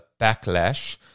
backlash